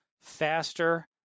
faster